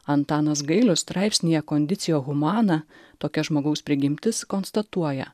antanas gailius straipsnyje kondicija humana tokia žmogaus prigimtis konstatuoja